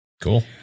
cool